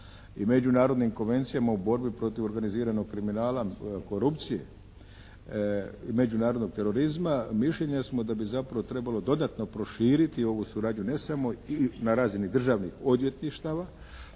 i međunarodnim konvencijama u borbi protiv organiziranog kriminala i korupcije, međunarodnog terorizma mišljenja smo da bi zapravo trebalo dodatno proširiti ovu suradnju ne samo ili na razini Državnih odvjetništava